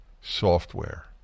software